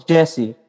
Jesse